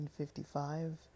1955